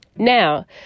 Now